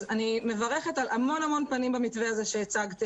אז אני מברכת על המון המון פנים במתווה הזה שהצגתם,